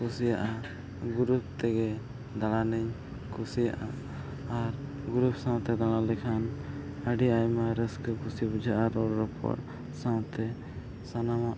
ᱠᱩᱥᱤᱭᱟᱜᱼᱟ ᱛᱮᱜᱮ ᱫᱟᱬᱟᱱᱤᱧ ᱠᱩᱥᱤᱭᱟᱜᱼᱟ ᱟᱨ ᱥᱟᱶᱛᱮ ᱫᱟᱬᱟ ᱞᱮᱠᱷᱟᱱ ᱟᱹᱰᱤ ᱟᱭᱢᱟ ᱨᱟᱹᱥᱠᱟᱹ ᱠᱩᱥᱤ ᱵᱩᱡᱷᱟᱹᱜᱼᱟ ᱨᱚᱲᱼᱨᱚᱯᱚᱲ ᱥᱟᱶᱛᱮ ᱥᱟᱱᱟᱢᱟᱜ